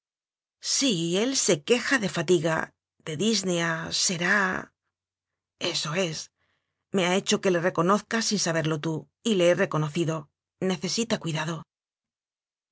sí él se queja de fatiga de disnea será eso es me ha hecho que le reconozca sin saberlo tú y le he reconocido necesita cuidado